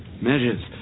Measures